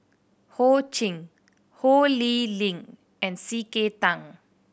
Ho Ching Ho Lee Ling and C K Tang